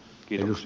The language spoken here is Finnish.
kiitos